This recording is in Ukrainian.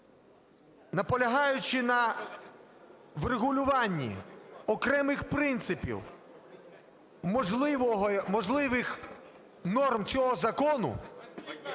наполягаючи на врегулюванні окремих принципів можливих норм цього закону